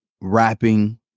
rapping